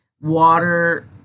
water